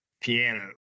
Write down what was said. piano